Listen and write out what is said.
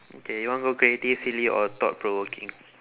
okay you want go creative silly or thought provoking